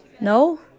No